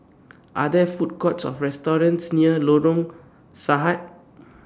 Are There Food Courts Or restaurants near Lorong Sarhad